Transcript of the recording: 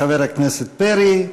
תודה לחבר הכנסת פרי.